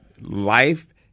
life